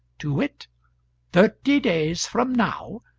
to wit thirty days from now,